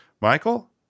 Michael